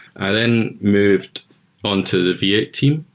i then moved on to the v eight team,